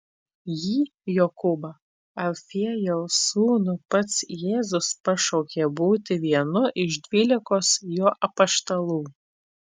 jį jokūbą alfiejaus sūnų pats jėzus pašaukė būti vienu iš dvylikos jo apaštalų